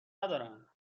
ندارم